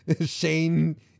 Shane